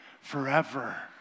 forever